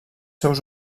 seus